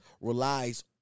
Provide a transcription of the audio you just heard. relies